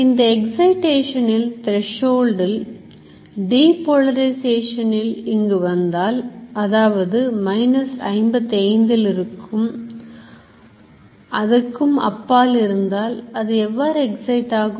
இந்த Excitation இன் threshold ல் depolarization இங்கு வந்தால் அதாவது மைனஸ் 55 இ க்கும் அப்பால் இருந்தால் அது எவ்வாறு excite ஆகும்